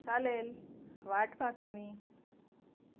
चालेल वाट पाहते मी